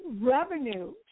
revenue